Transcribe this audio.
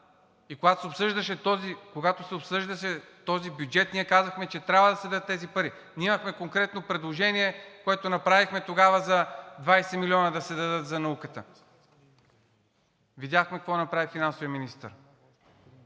и когато се обсъждаше този бюджет, ние казахме, че трябва да се дадат тези пари. Ние имахме конкретно предложение, което направихме тогава за 20 милиона, да се дадат за науката. Видяхме какво направи финансовият министър.